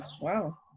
Wow